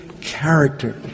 character